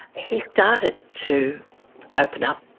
he started to open up.